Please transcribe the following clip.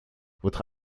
votre